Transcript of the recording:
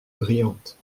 brillantes